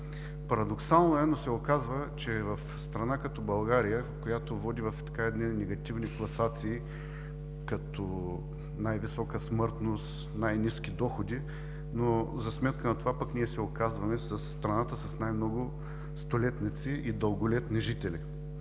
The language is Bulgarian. Парадоксално е, но се оказва, че в страна като България, която води в едни негативни класации, като най-висока смъртност, най-ниски доходи, но за сметка на това пък ние се оказваме страната с най-много столетници и дълголетни жители